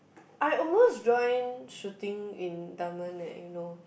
I almost join shooting in Dunman eh you know